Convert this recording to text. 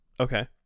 Okay